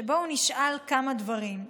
שבו הוא נשאל כמה דברים.